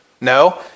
No